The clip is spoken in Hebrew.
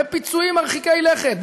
בפיצויים מרחיקי לכת,